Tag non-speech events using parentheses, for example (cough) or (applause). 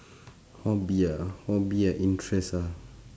(breath) hobby ah hobby ah interest ah